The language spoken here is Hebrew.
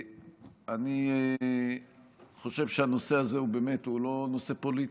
אני חושב שהנושא הזה הוא באמת לא נושא פוליטי.